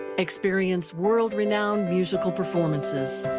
experience world renownd musical performances.